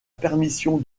permission